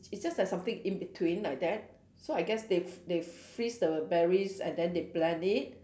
it's just like something in between like that so I guess they fr~ they freeze the berries and then they blend it